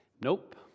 Nope